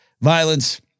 violence